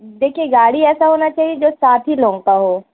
دیکھیے گاڑی ایسا ہونا چاہیے جو سات ہی لوگوں کا ہو